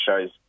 shows